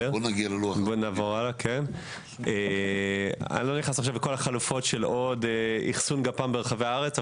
אני לא נכנס לכל החלופות של עוד אחסון גפ"מ ברחבי הארץ,